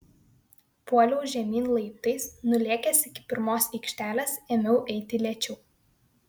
puoliau žemyn laiptais nulėkęs iki pirmos aikštelės ėmiau eiti lėčiau